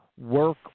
work